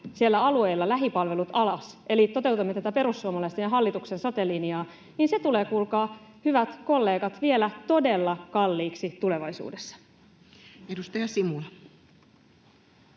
siellä alueilla lähipalvelut alas eli toteutamme tätä perussuomalaisten ja hallituksen sote-linjaa, niin se tulee, kuulkaa, hyvät kollegat, vielä todella kalliiksi tulevaisuudessa. [Speech